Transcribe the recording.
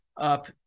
up